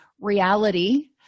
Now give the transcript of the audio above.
reality